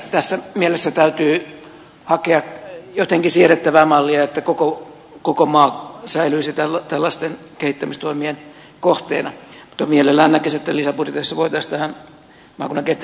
tässä mielessä täytyy hakea jotenkin siedettävää mallia että koko maa säilyisi tällaisten kehittämistoimien kohteena mutta mielellään näkisi että lisäbudjeteissa voitaisiin tähän maakunnan kehittämisrahaan palata